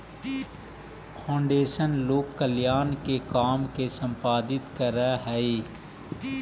foundation लोक कल्याण के काम के संपादित करऽ हई